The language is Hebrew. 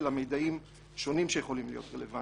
אלא גם במידעים שונים שיכולים להיות רלוונטיים.